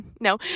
No